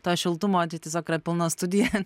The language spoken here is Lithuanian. to šiltumo tai tiesiog yra pilna studija